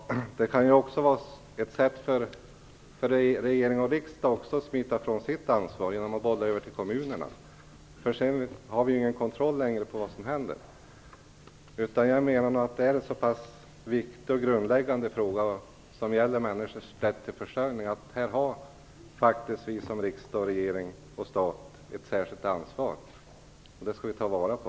Herr talman! Det kan också vara ett sätt för regering och riksdag att smita från sitt ansvar, genom att bolla över till kommunerna. Sedan har vi ingen kontroll längre över vad som händer. Jag menar att detta är en så pass viktig och grundläggande fråga, som gäller människors rätt till försörjning. Här har vi, riksdag och regering, staten, ett särskilt ansvar. Det skall vi ta vara på.